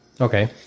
Okay